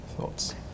thoughts